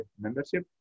Membership